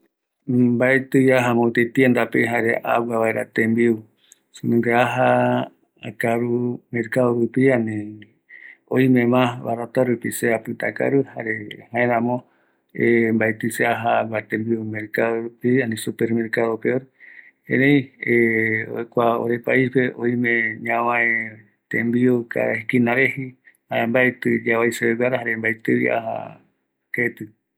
Mbaetɨi aja agua tembiu peguara supermercado rupi, se agua seyeɨpe tembiu oyeapogue, mercado rupi, jare mbaetɨ jaeta mbovɨ ye rako aja ambaeguava